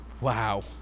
wow